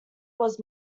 was